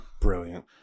Brilliant